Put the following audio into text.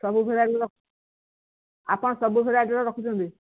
ସବୁ ଭେରାଇଟି ଆପଣ ସବୁ ଭେରାଇଟିର ରଖୁଛନ୍ତି